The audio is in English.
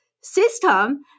system